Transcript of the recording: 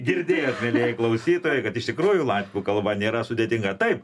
girdėjot mielieji klausytojai kad iš tikrųjų latvių kalba nėra sudėtinga taip